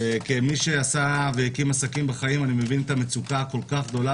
וכמי שעשה והקים עסקים בחיים אני מבין את המצוקה הכל כך גדולה